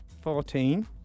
Fourteen